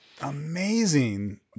Amazing